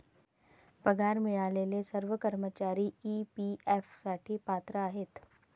पगार मिळालेले सर्व कर्मचारी ई.पी.एफ साठी पात्र आहेत